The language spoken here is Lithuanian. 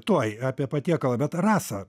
tuoj apie patiekalą bet rasa